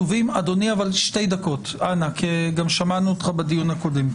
אדוני, שתי דקות כי גם שמענו אותך בדיון הקודם.